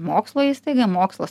mokslo įstaiga mokslas